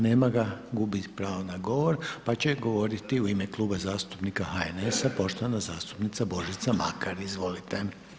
Nema ga, gubi pravo na govor, pa će govoriti u ime Kluba zastupnika HNS-a poštovana zastupnica Božica Makar, izvolite.